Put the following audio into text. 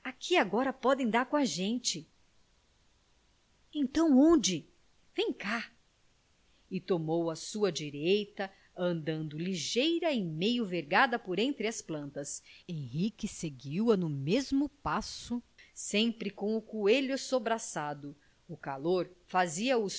agora podem dar com a gente então onde vem cá e tomou à sua direita andando ligeira e meio vergada por entre as plantas henrique seguiu-a no mesmo passo sempre com o coelho sobraçado o calor fazia-o